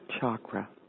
chakra